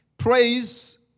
Praise